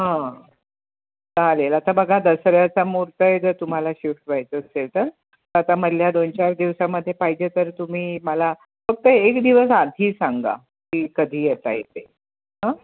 हां चालेल आता बघा दसऱ्याचा मुहूर्त आहे जर तुम्हाला शिफ्ट व्हायचं असेल तर आता मधल्या दोन चार दिवसामध्ये पाहिजे तर तुम्ही मला फक्त एक दिवस आधी सांगा की कधी येताय ते हं